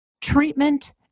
treatment